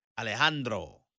Alejandro